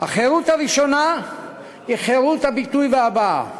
החירות הראשונה היא חירות הביטוי וההבעה,